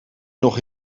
nog